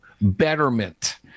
betterment